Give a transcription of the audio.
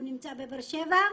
הוא נמצא בבאר שבע.